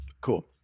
Cool